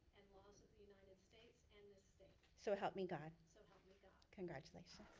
and laws of the united states and this state. so help me god. so help me god. congratulations